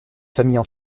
familles